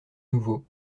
nouveau